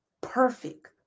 Perfect